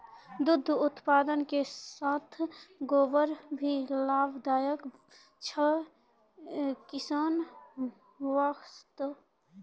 दुग्ध उत्पादन के साथॅ गोबर भी लाभदायक छै किसान वास्तॅ